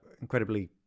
incredibly